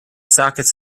sockets